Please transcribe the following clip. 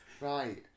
Right